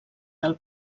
del